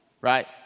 right